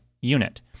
unit